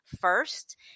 first